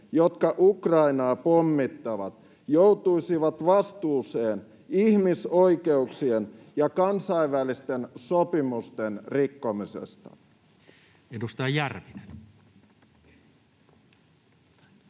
jotka Ukrainaa pommittavat, joutuisivat vastuuseen ihmisoikeuksien ja kansainvälisten sopimusten rikkomisesta. Edustaja Järvinen.